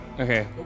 Okay